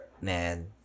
man